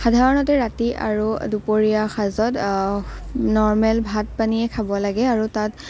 সাধাৰণতে ৰাতি আৰু দুপৰীয়া সাজত নৰ্মেল ভাত পানীয়ে খাব লাগে আৰু তাত